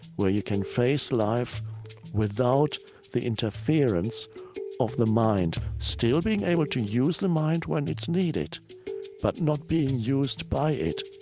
where you can face life without the interference of the mind, still being able to use the mind when it's needed but not being used by it